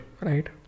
right